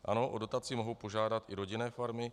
Ano, o dotaci mohou požádat i rodinné farmy.